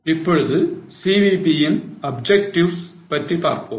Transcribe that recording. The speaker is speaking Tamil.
இப்பொழுது CVP இன் objectives பற்றி பார்ப்போம்